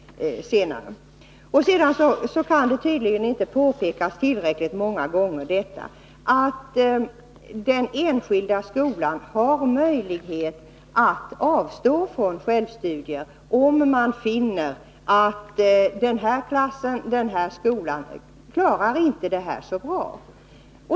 Det kan tydligen inte påpekas tillräckligt många gånger att den enskilda skolan har möjlighet att avstå från självstudier, om man där finner att just den skolan eller någon viss klass inte klarar detta så bra.